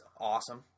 awesome